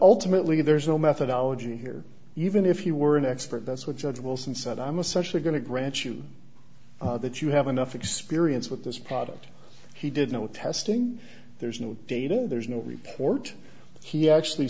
ultimately there's no methodology here even if you were an expert that's what judge wilson said i'm especially going to grant you that you have enough experience with this product he did no testing there's no data there's no report he actually